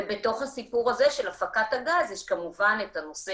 בתוך הסיפור הזה של הפקת הגז יש כמובן את הנושא